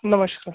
नमस्कार